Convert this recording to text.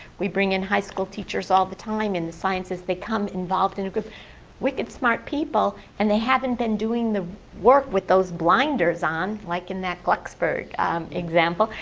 we bring in high school teachers all the time in the sciences. they come involved in a group wicked, smart people and they haven't been doing the work with those blinders on like in that glucksberg example,